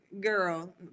girl